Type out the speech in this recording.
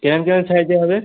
pant যার সাইজে হবে